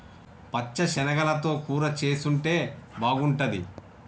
పచ్చ శనగలతో కూర చేసుంటే బాగుంటది